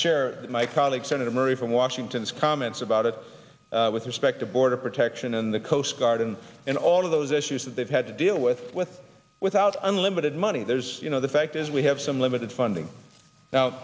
with my colleague senator murray from washington's comments about it with respect to border protection and the coast guard and in all of those issues that they've had to deal with with without unlimited money there's you know the fact is we have some limited funding